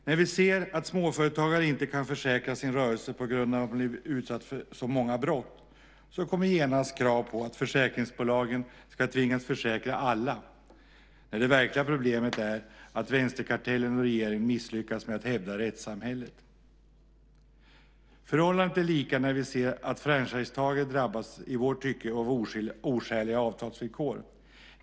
När vi ser att småföretagare inte kan försäkra sin rörelse på grund av att de har blivit utsatta för så många brott kommer genast krav på att försäkringsbolagen ska tvingas försäkra alla när det verkliga problemet är att vänsterkartellen och regeringen misslyckats med att hävda rättssamhället. Förhållandet är lika när vi ser att franchisetagare drabbas av i vårt tycke oskäliga avtalsvillkor.